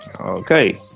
okay